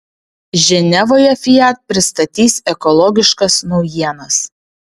ženevoje fiat pristatys ekologiškas naujienas